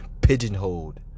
pigeonholed